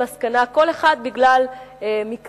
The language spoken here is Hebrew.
כל אחד בגלל מקרה אחר,